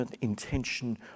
intention